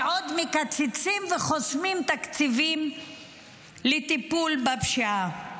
ועוד מקצצים וחוסמים תקציבים לטיפול בפשיעה.